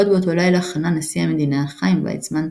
עוד באותו לילה חנן נשיא המדינה, חיים ויצמן,